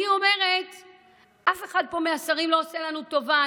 אני אומרת שאף אחד מהשרים פה לא עושה לנו טובה.